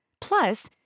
Plus